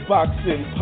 Boxing